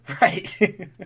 Right